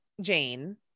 Jane